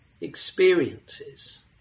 experiences